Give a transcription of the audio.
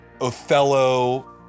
Othello